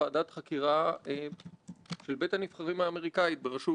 שנה לאחר מכן התקבל חוק ה-Anti-trust של קלייטון,